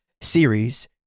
series